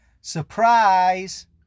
Surprise